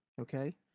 okay